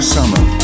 Summer